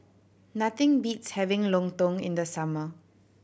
nothing beats having lontong in the summer